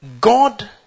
God